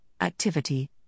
activity